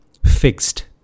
Fixed